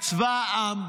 צבא העם,